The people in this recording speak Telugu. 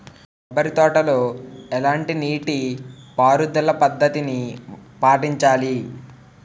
కొబ్బరి తోటలో ఎలాంటి నీటి పారుదల పద్ధతిని పాటించాలి?